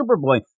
Superboy